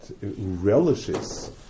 relishes